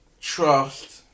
trust